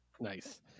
nice